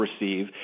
receive